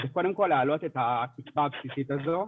אז זה קודם כל להעלות את הקצבה הבסיסית הזו.